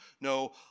No